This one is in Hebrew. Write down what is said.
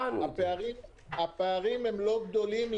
הפערים אינם גדולים.